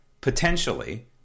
potentially